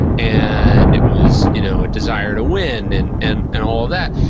and it was you know a desire to win, and and and all of that.